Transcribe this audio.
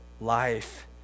life